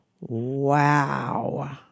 Wow